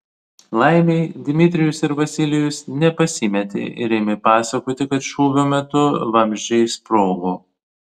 laimei dmitrijus ir vasilijus nepasimetė ir ėmė pasakoti kad šūvio metu vamzdžiai sprogo